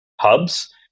hubs